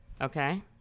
okay